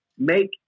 make